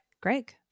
Greg